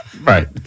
Right